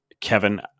Kevin